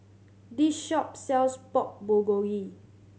this shop sells Pork Bulgogi